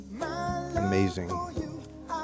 amazing